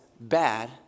bad